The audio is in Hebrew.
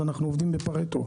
אז אנחנו עובדים בפרטו.